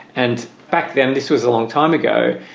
and back then, this was a long time ago.